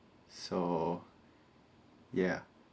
so ya